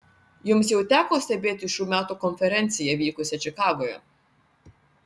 jums jau teko stebėti šių metų konferenciją vykusią čikagoje